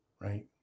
right